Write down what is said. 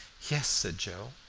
yes, said joe,